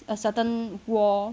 a certain wall